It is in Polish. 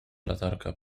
latarka